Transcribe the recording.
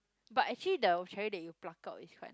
but actually the cherry that you pluck out is quite